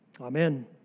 Amen